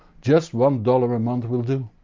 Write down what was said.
just one dollar a month will do.